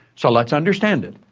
so let's understand it.